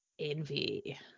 envy